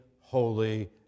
holy